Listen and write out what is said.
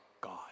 God